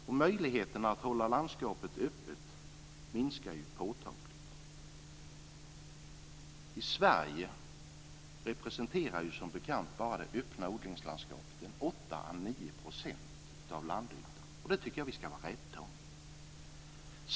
Också möjligheterna att hålla landskapet öppet minskar påtagligt. I Sverige representerar, som bekant, det öppna odlingslandskapet bara 8 à 9 % av landytan, och det tycker jag att vi ska vara rädda om.